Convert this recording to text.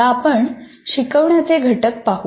आता आपण शिकवण्याचे घटक पाहू